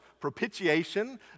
propitiation